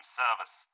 service